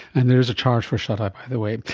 and there is a charge for shuti, by the way.